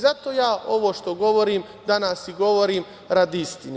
Zato, ja ovo što govorim danas i govorim radi istine.